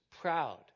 proud